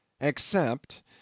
except